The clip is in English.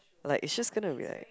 like it's just gonna be like